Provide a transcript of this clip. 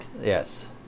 Yes